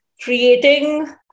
creating